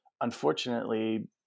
Unfortunately